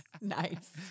Nice